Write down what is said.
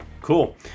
Cool